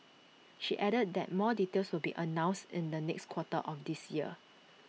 she added that more details will be announced in the next quarter of this year